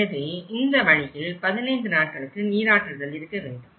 எனவே இந்த வழியில் 15 நாட்களுக்கு நீராற்றுதல் இருக்க வேண்டும்